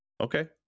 Okay